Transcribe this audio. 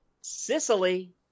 Sicily